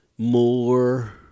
more